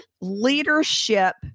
leadership